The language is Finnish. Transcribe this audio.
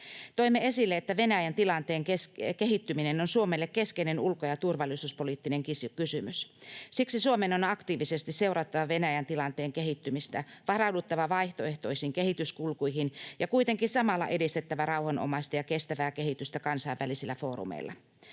Toimme esille, että Venäjän tilanteen kehittyminen on Suomelle keskeinen ulko- ja turvallisuuspoliittinen kysymys. Siksi Suomen on aktiivisesti seurattava Venäjän tilanteen kehittymistä, varauduttava vaihtoehtoisiin kehityskulkuihin ja kuitenkin samalla edistettävä rauhanomaista ja kestävää kehitystä kansainvälisillä foorumeilla.